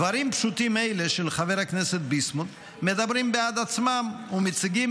דברים פשוטים אלה של חבר הכנסת ביסמוט מדברים בעד עצמם ומציגים